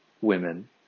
women